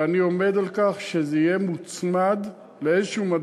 ואני עומד על כך שזה יהיה מוצמד למדד